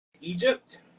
egypt